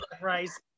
price